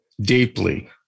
deeply